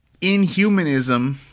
inhumanism